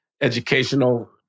educational